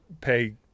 pay